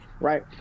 right